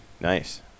Nice